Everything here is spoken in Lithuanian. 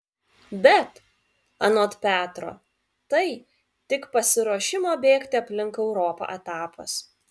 bet anot petro tai tik pasiruošimo bėgti aplink europą etapas